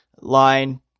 line